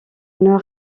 nord